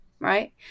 right